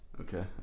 Okay